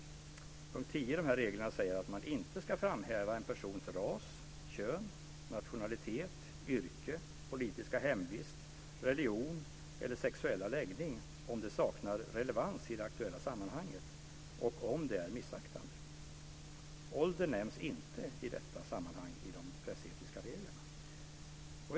Punkt 10 i reglerna innebär att man inte ska framhäva en persons ras, kön, nationalitet, yrke, politiska hemvist, religion eller sexuella läggning om det saknar relevans i det aktuella sammanhanget och om det är missaktande. Ålder nämns inte i detta sammanhang i de pressetiska reglerna.